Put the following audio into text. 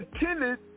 attended